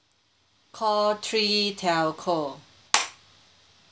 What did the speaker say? call three telco